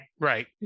Right